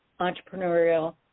Entrepreneurial